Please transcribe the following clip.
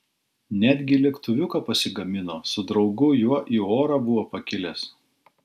netgi lėktuviuką pasigamino su draugu juo į orą buvo pakilęs